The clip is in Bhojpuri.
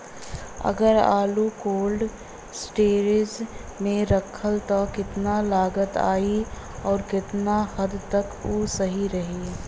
अगर आलू कोल्ड स्टोरेज में रखायल त कितना लागत आई अउर कितना हद तक उ सही रही?